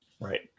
Right